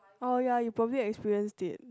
oh ya you probably experience it